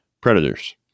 predators